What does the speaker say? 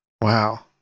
Wow